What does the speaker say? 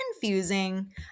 confusing